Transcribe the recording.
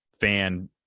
fan